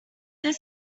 their